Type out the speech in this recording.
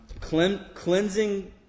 Cleansing